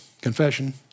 confession